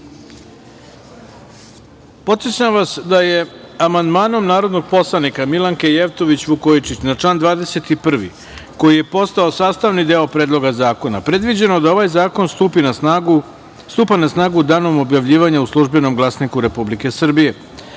zakona. Podsećam vas da je amandmanom narodnog poslanika Milanke Jevtović Vukojičić na član 21. koji je postao sastavni deo Predloga zakona predviđeno da ovaj zakon stupi na snagu danom objavljivanja u "Službenom glasniku Republike